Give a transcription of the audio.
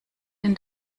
denn